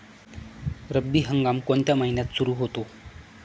रब्बी हंगाम कोणत्या महिन्यात सुरु होतो?